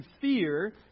fear